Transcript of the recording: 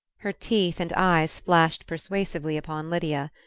her teeth and eyes flashed persuasively upon lydia.